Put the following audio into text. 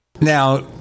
Now